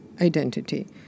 identity